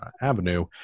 avenue